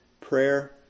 prayer